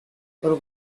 por